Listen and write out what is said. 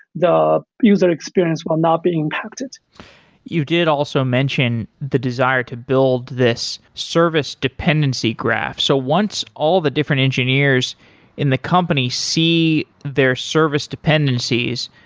the user experience will not be impacted you did also mention the desire to build this service dependency graph. so once all the different engineers in the company see their service dependencies,